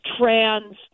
trans